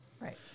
Right